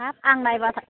हाब आं नायबा